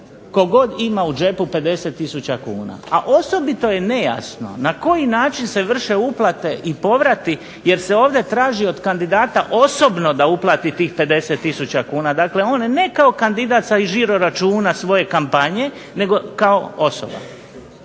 god ima u džepu 50 tisuća kuna. A osobito je nejasno na koji način se vrše uplate i povrati jer se ovdje traži od kandidata osobno da uplati tih 50 tisuća kuna. Dakle, on ne kao kandidat sa žiro računa svoje kampanje nego kao osoba.